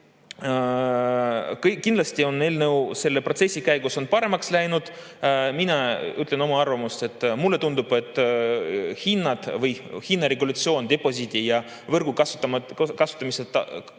on eelnõu selle protsessi käigus paremaks läinud. Mina ütlen oma arvamuse. Mulle tundub, et hinnad või hinnaregulatsioon, deposiidi ja võrgu kasutamata